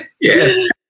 Yes